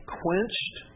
quenched